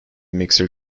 mixer